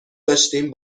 داشتیم